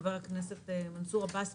חבר הכנסת מנסור עבאס,